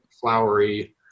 flowery